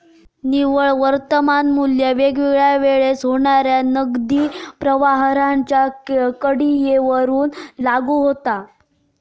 निव्वळ वर्तमान मू्ल्य वेगवेगळ्या वेळेक होणाऱ्या नगदी प्रवाहांच्या कडीयेवर लागू होता